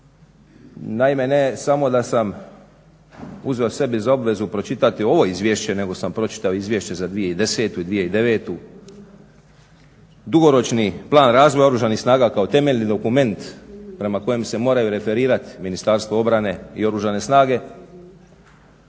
Naime, ne samo da sam uzeo sebi za obvezu pročitati ovo izvješće nego sam pročitao izvješće za 2010. i 2009. Dugoročni plan razvoja Oružanih snaga kao temeljni dokument prema kojem se moraju referirati Ministarstvo obrane i Oružane snage